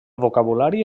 vocabulari